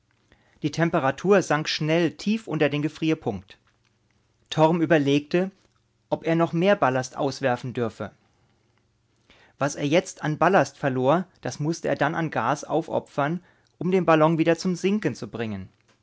die temperatur sank schnell tief unter den gefrierpunkt torm überlegte ob er noch mehr ballast auswerfen dürfe was er jetzt an ballast verlor das mußte er dann an gas aufopfern um den ballon wieder zum sinken zu bringen